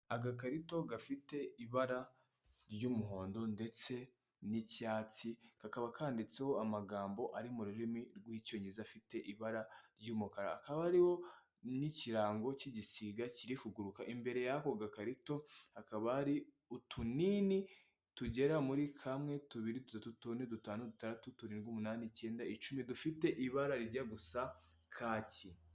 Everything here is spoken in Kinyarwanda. Agakarito gafite ibara ry'umuhondo ndetse n'ikitsi, kakaba kanditseho amagambo ari mu rurimi rw'Icyongereza afite ibara ry'umukara, hakaba hariho n'ikirango cy'igisiga kiri kuguruka, imbere y'ako gakarito hakaba hari utunini tugera muri kamwe, tubiri, dutatu, tune, dutanu, dutandatu, turindwi, umunani, icyenda, icumi dufite ibara rijya gusa kaki.